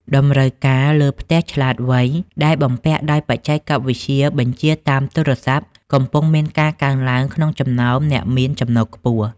តម្រូវការលើ "ផ្ទះឆ្លាតវៃ" ដែលបំពាក់ដោយបច្ចេកវិទ្យាបញ្ជាតាមទូរស័ព្ទ កំពុងមានការកើនឡើងក្នុងចំណោមអ្នកមានចំណូលខ្ពស់។